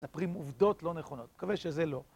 מספרים עובדות לא נכונות, מקווה שזה לא.